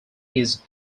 his